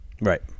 Right